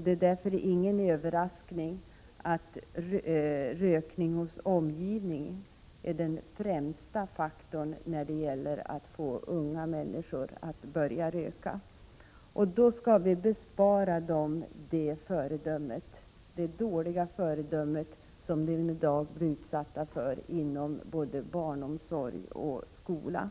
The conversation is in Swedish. Det är därför ingen överraskning att rökning hos omgivningen är den främsta faktorn när det gäller att få unga människor att börja röka. Då skall vi bespara dem det dåliga föredömet, som de i dag blir utsatta för inom både barnomsorg och skola.